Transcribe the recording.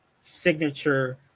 signature